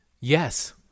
Yes